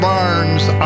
Barnes